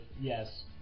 yes